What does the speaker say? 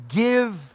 give